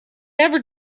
ever